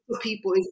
People